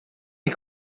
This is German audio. die